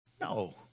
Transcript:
No